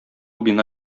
бина